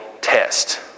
test